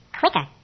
quicker